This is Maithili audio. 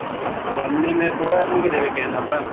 फैमिली मे पूरा आदमी के देबे के हय नाम ने